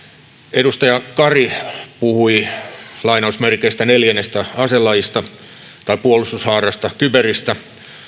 edustaja kari puhui neljännestä aselajista tai puolustushaarasta kyberistä